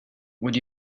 would